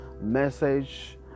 message